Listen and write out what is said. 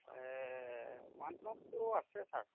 এ one প্লাছটো আছে sir